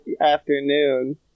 afternoon